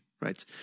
right